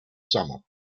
summer